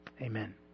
Amen